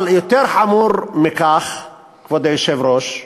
אבל יותר חמור מכך, כבוד היושב-ראש,